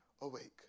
awake